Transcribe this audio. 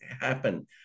happen